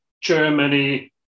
Germany